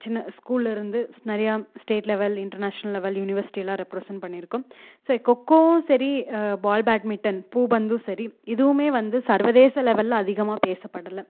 சின்ன ஸ்கூலில் இருந்து நிறையா ஸ்டேட் லெவல் இன்டர்நேஷனல் லெவல் யுனிவர்சிட்டியலாம் ரெப்ரெசென்ட் பண்ணியிருக்கோம் சரி கொக்கோவும் சரி பால் பேட்மிண்டன் பூப்பந்தும் சரி இதுவுமே வந்து சர்வதேச லெவலில் அதிகமாக பேசப்படலை